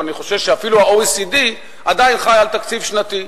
אבל אני חושב שאפילו ה-OECD עדיין חי על תקציב שנתי.